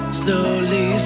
slowly